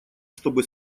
чтобы